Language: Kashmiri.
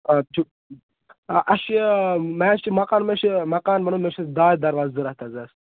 آ چھُ اَسہِ چھُ میچ کہِ مَکان منٛزٕ چھُ مَکان بَنُن مےٚ دارِ دروازٕ ضروٗرت حظ